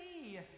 see